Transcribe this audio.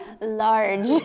large